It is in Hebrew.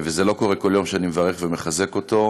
וזה לא קורה כל יום שאני מברך ומחזק אותו,